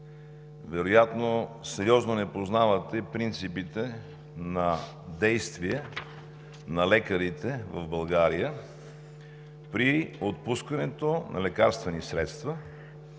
вероятно не познавате сериозно принципите на действие на лекарите в България при отпускането на лекарствени средства